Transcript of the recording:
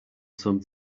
some